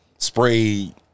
Sprayed